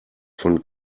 von